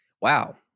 wow